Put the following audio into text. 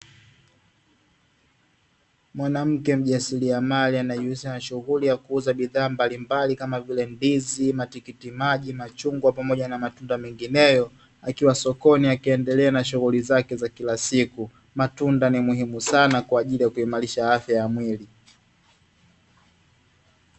Mwanamke mjasiriamali anayejihusisha na shughuli ya kuuza bidhaa mbalimbali kama vile: ndizi, matikitikimaji, machungwa pamoja na matunda mengineyo. Akiwa sokoni akiendelea na shughuli zake za kila siku. Matunda ni muhimu sana kwa ajili ya kuimarisha afya ya mwili.